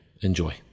Enjoy